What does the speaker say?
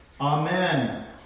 Amen